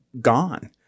gone